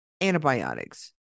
antibiotics